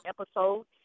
episodes